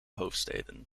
hoofdsteden